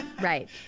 right